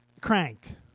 crank